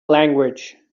language